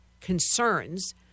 concerns